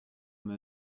vous